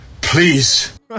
please